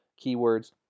keywords